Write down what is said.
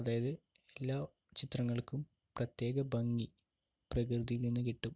അതായത് എല്ലാ ചിത്രങ്ങൾക്കും പ്രത്യേക ഭംഗി പ്രകൃതിയിൽ നിന്ന് കിട്ടും